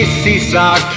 seesaw